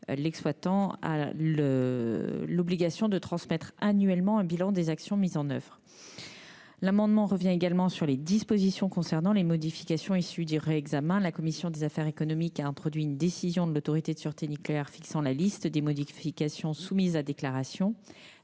l'exploitant a déjà l'obligation de transmettre annuellement un bilan des actions mises en oeuvre. Cet amendement tend aussi à revenir sur les dispositions concernant les modifications issues du réexamen. La commission des affaires économiques a introduit dans le texte une décision de l'Autorité de sûreté nucléaire fixant la liste des modifications soumises à déclaration